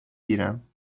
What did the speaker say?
گیرم